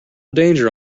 danger